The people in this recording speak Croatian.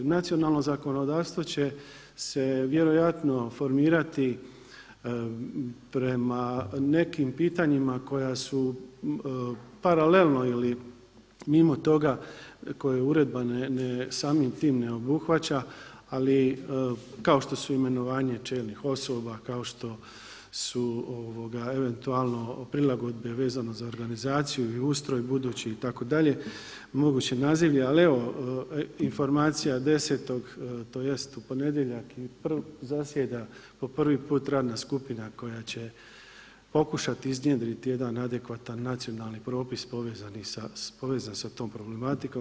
Nacionalno zakonodavstvo će se vjerojatno formirati prema nekim pitanjima koja su paralelno ili mimo toga koje uredba samim tim ne obuhvaća, ali kao što su imenovanje čelnih osoba, kao što su eventualno prilagodbe vezano za organizaciju i ustroj budući itd., moguće nazivlje, ali evo informacija 10. tj. u ponedjeljak zasjeda po prvi put radna skupina koja će pokušat iznjedriti jedan adekvatan nacionalni propis povezan sa tom problematikom.